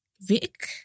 Vic